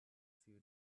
few